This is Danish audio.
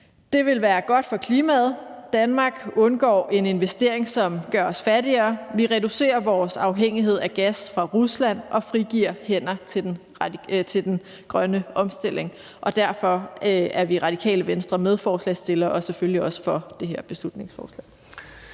Det vil være godt for klimaet. Danmark undgår en investering, som gør os fattigere. Vi reducerer vores afhængighed af gas fra Rusland og frigiver hænder til den grønne omstilling, og derfor er vi i Radikale Venstre medforslagsstillere og selvfølgelig også for det her beslutningsforslag.